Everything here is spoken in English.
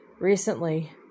recently